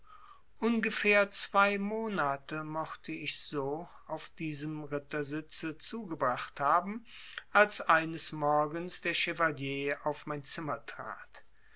ungefähr zwei monate mochte ich so auf diesem rittersitze zugebracht haben als eines morgens der chevalier auf mein zimmer trat